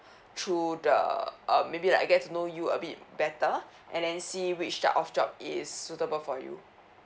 through the uh maybe I guess know you a bit better and then see which type of job is suitable for you